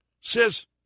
says